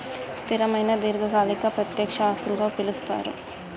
స్థిరమైన దీర్ఘకాలిక ప్రత్యక్ష ఆస్తులుగా పిలుస్తరు